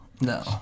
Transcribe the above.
no